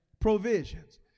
provisions